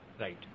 right